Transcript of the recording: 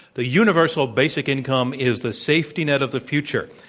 the universal basic income is the safety net of the future.